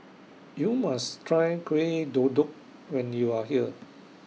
YOU must Try Kueh when YOU Are here